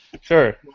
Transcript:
Sure